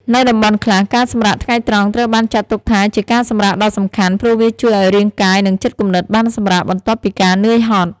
នៅតំបន់ខ្លះ ការសម្រាកថ្ងៃត្រង់ត្រូវបានចាត់ទុកថាជាការសម្រាកដ៏សំខាន់ ព្រោះវាជួយឱ្យរាងកាយ និងចិត្តគំនិតបានសម្រាកបន្ទាប់ពីការនឿយហត់។